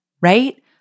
right